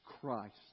Christ